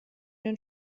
den